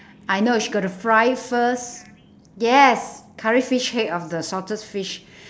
I know she got to fry first yes curry fish head of the salted fish